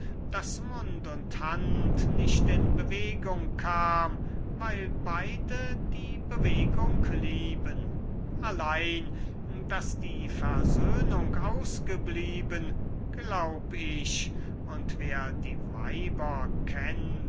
daß mund und hand nicht in bewegung kam weil beide die bewegung lieben allein daß die versöhnung ausgeblieben glaub ich und wer die weiber